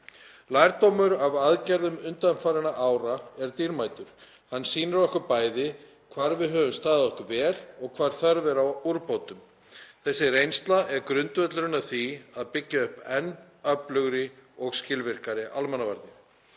Lærdómur af aðgerðum undanfarinna ára er dýrmætur. Hann sýnir okkur bæði hvar við höfum staðið okkur vel og hvar þörf er á úrbótum. Þessi reynsla er grundvöllurinn að því að byggja upp enn öflugri og skilvirkari almannavarnir.